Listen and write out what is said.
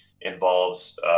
involves